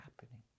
happening